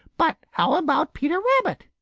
but how about peter rabbit?